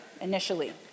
initially